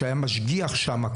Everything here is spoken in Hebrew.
שהיה משגיח שם,